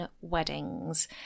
weddings